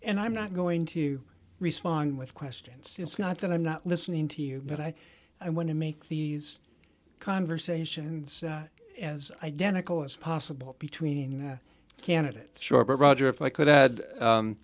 and i'm not going to respond with questions it's not that i'm not listening to you but i i want to make these conversations as identical as possible between candidates sure but roger if i could add